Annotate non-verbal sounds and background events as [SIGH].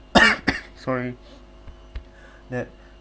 [COUGHS] sorry [BREATH] that